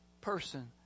person